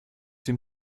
dem